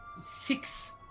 six